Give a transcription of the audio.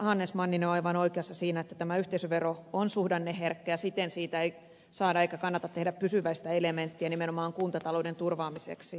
hannes manninen on aivan oikeassa siinä että tämä yhteisövero on suhdanneherkkä ja siten siitä ei saada eikä kannata tehdä pysyväistä elementtiä nimenomaan kuntatalouden turvaamiseksi